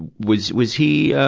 was, was, he, ah,